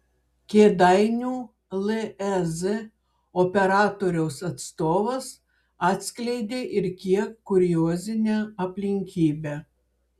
kėdainių lez operatoriaus atstovas atskleidė ir kiek kuriozinę aplinkybę